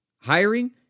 Hiring